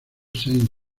saint